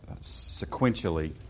sequentially